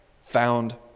found